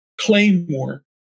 Claymore